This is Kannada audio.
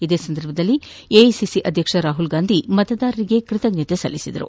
ಇದೇ ಸಂದರ್ಭದಲ್ಲಿ ಎಐಸಿಸಿ ಅಧ್ಯಕ್ಷ ರಾಹುಲ್ಗಾಂಧಿ ಮತದಾರರಿಗೆ ಕೃತಜ್ಞತೆ ಸಲ್ಲಿಸಿದರು